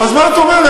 אז מה את אומרת?